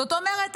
זאת אומרת,